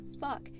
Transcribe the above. Fuck